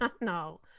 no